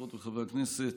חברות וחברי הכנסת,